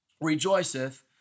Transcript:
rejoiceth